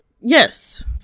Yes